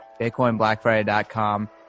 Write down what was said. bitcoinblackfriday.com